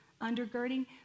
undergirding